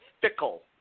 fickle